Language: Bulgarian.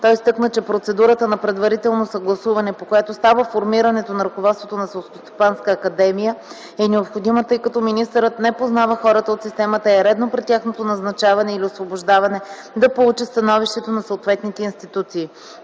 Той изтъкна, че процедурата на предварително съгласуване, по която става формирането на ръководството на Селскостопанската академия е необходима, тъй като министърът не познава хората от системата и е редно при тяхното назначаване или освобождаване да получи становището на съответните институции.